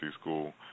school